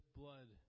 blood